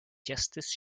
justice